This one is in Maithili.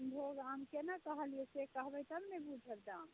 किशनभोग आम केना कहलियै से कहबै तब ने बूझत दाम